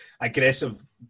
aggressive